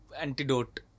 antidote